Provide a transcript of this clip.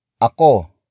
ako